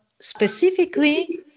specifically